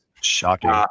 Shocking